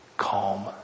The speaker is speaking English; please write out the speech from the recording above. calm